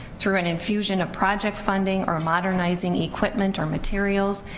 through an infusion of project funding, or modernizing equipment or materials.